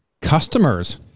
customers